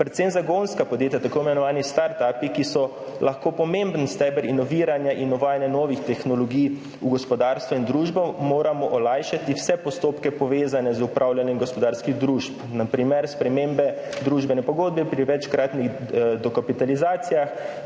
Predvsem zagonskim podjetjem, tako imenovanim startupom, ki so lahko pomemben steber inoviranja in uvajanja novih tehnologij v gospodarstvo in družbo, moramo olajšati vse postopke, povezane z upravljanjem gospodarskih družb, na primer spremembe družbene pogodbe pri večkratnih dokapitalizacijah,